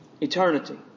eternity